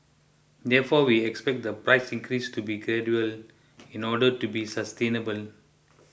therefore we expect the price increase to be gradual in order to be sustainable